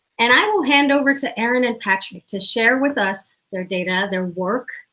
and i will hand over to aaron and patrick to share with us their data, their work,